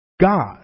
God